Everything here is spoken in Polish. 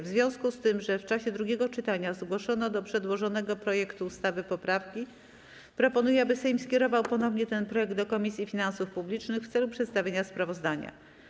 W związku z tym, że w czasie drugiego czytania zgłoszono do przedłożonego projektu ustawy poprawki, proponuję, aby Sejm skierował ponownie ten projekt do Komisji Finansów Publicznych w celu przedstawienia sprawozdania.